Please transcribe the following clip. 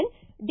N D